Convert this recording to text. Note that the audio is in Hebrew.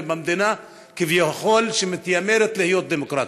במדינה שכביכול מתיימרת להיות דמוקרטית.